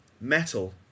metal